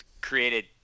created